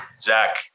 Zach